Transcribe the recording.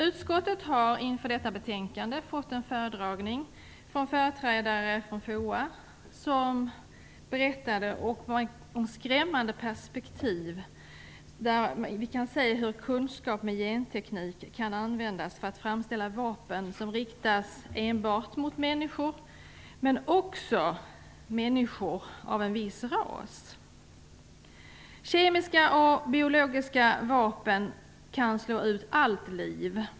Utskottet har inför detta betänkande fått en föredragning från företrädare för FOA. De berättade och gav ett skrämmande perspektiv, där vi kan se hur kunskap om genteknik kan användas för att framställa vapen som riktas enbart mot människor och också mot människor av en viss ras. Kemiska och biologiska vapen kan slå ut allt liv.